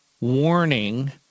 warning